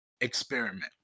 experiment